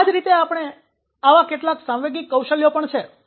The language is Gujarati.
આ જ રીતે આવા કેટલાક સાંવેગિક કૌશલ્યો પણ છે